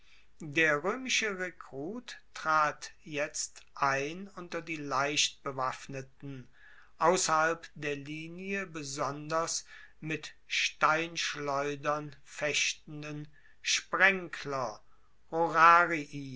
der roemische rekrut trat jetzt ein unter die leichtbewaffneten ausserhalb der linie besonders mit steinschleudern fechtenden